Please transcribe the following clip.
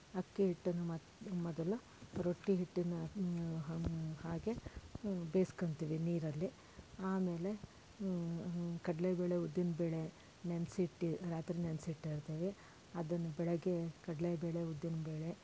ಅಕ್ಕಿ ಹಿಟ್ಟನ್ನು ಮತ್ತು ಮೊದಲು ರೊಟ್ಟಿ ಹಿಟ್ಟಿನ ಹಾಗೇ ಬೆಯಿಸ್ಕೊತಿವಿ ನೀರಲ್ಲಿ ಆಮೇಲೆ ಕಡಲೇ ಬೇಳೆ ಉದ್ದಿನ ಬೇಳೆ ನೆನೆಸಿ ಇಟ್ಟು ರಾತ್ರಿ ನೆನೆಸಿ ಇಟ್ಟಿರ್ತೀವಿ ಅದನ್ನು ಬೆಳಗ್ಗೆ ಕಡಲೇ ಬೇಳೆ ಉದ್ದಿನ ಬೇಳೆ